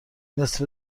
نصف